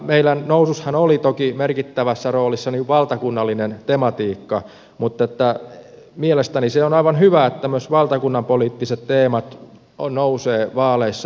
meidän nousussahan oli toki merkittävässä roolissa valtakunnallinen tematiikka mutta mielestäni on aivan hyvä että myös valtakunnan poliittiset teemat nousevat vaaleissa